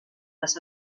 las